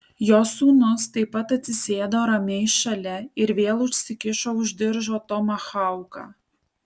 jo sūnus taip pat atsisėdo ramiai šalia ir vėl užsikišo už diržo tomahauką